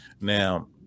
Now